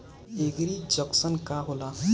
एगरी junction का होला?